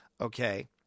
Okay